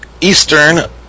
Eastern